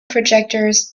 projectors